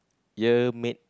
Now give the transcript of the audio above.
year made